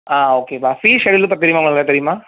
ஆ ஓகேப்பா fees schedule பற்றி தெரியுமா உங்களுக்கு நல்லா தெரியுமா